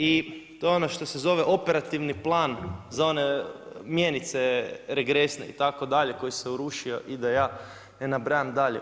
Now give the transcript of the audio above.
I to je ono što se zove operativni plan za one mjenice regresne itd. koji se urušio i da ja ne nabrajam dalje.